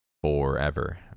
Forever